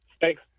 thanks